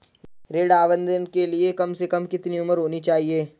ऋण आवेदन के लिए कम से कम कितनी उम्र होनी चाहिए?